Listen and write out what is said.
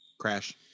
crash